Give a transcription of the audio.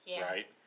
right